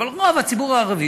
אבל רוב הציבור הערבי,